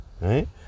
right